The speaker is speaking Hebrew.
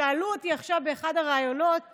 שאלו אותי עכשיו באחד הראיונות